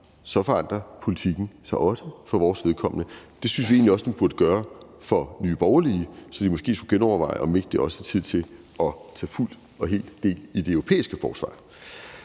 sig, forandrer politikken sig også for vores vedkommende. Det synes vi egentlig også at den burde gøre for Nye Borgerlige, så de måske skulle genoverveje, om ikke det også er tid til at tage fuldt og helt del i det europæiske forsvar.